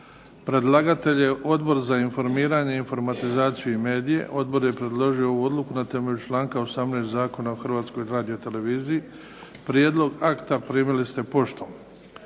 Predlagatelj je Odbora za informiranje, informatizaciju i medije. Odbor je predložio ovu odluku na temelju članka 18. Zakona o Hrvatskoj radioteleviziji. Prijedlog akta primili ste poštom.